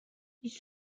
this